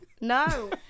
No